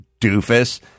doofus